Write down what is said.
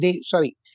sorry